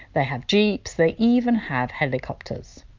they have jeeps, they even have helicopters.